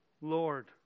Lord